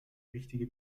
richtige